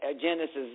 Genesis